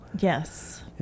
Yes